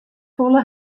folle